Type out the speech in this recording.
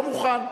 לא מוכן.